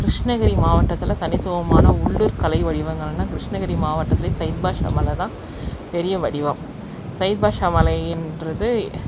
கிருஷ்ணகிரி மாவட்டத்தில் தனித்துவமான உள்ளூர் கலை வடிவங்களான கிருஷ்ணகிரி மாவட்டத்துலேயே சைய்த் பாஷா மலை தான் பெரிய வடிவம் சைய்த் பாஷா மலையிங்றது